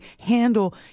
handle